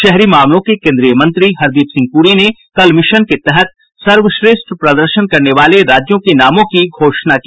शहरी मामालों के केंद्रीय मंत्री हरदीप सिंह पुरी ने कल मिशन के तहत सर्वश्रेष्ठ प्रदर्शन करने वाले राज्यों के नामों की घोषणा की